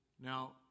Now